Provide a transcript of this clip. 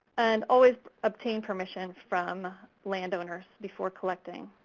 and always obtain permission from landowners before collecting,